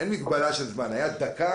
אין מגבלה של זמן אם היו מחובקים